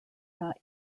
not